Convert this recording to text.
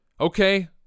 Okay